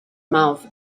mouths